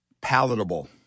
palatable